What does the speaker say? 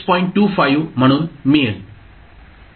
25 म्हणून मिळेल